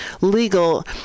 legal